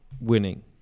winning